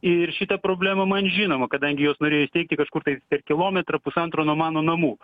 ir šita problema man žinoma kadangi juos norėjo įsteigti kažkur tai per kilometrą pusantro nuo mano namų